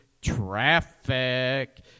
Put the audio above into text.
traffic